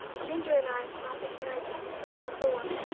ginger and i brought the carriage up to the hall door,